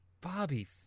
Bobby